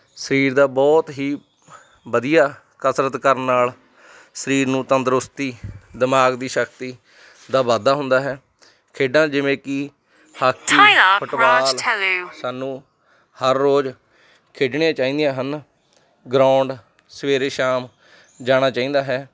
ਸਰੀਰ ਦਾ ਬਹੁਤ ਹੀ ਵਧੀਆ ਕਸਰਤ ਕਰਨ ਨਾਲ ਸਰੀਰ ਨੂੰ ਤੰਦਰੁਸਤੀ ਦਿਮਾਗ ਦੀ ਸ਼ਕਤੀ ਦਾ ਵਾਧਾ ਹੁੰਦਾ ਹੈ ਖੇਡਾਂ ਜਿਵੇਂ ਕਿ ਹਾਕੀ ਫੁੱਟਬਾਲ ਸਾਨੂੰ ਹਰ ਰੋਜ਼ ਖੇਡਣੀਆਂ ਚਾਹੀਦੀਆਂ ਹਨ ਗਰਾਊਂਡ ਸਵੇਰੇ ਸ਼ਾਮ ਜਾਣਾ ਚਾਹੀਦਾ ਹੈ